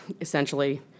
essentially